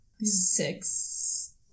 Six